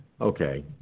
Okay